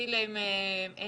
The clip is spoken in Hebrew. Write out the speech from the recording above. נתחיל עם עינב,